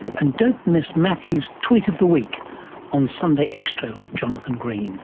and don't miss matthew's tweet of the week on sunday extra with jonathan green